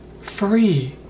Free